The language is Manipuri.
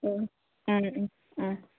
ꯎꯝ ꯎꯝ ꯎꯝ ꯎꯝ